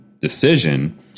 decision